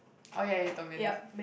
oh ya you told me this